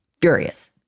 Furious